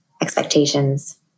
expectations